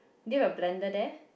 do you have a blender there